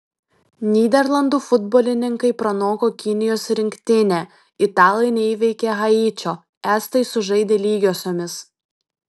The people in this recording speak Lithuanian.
nyderlandų futbolininkai pranoko kinijos rinktinę italai neįveikė haičio estai sužaidė lygiosiomis